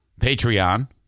Patreon